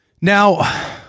Now